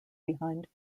behind